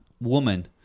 woman